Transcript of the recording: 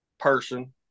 person